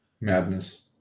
madness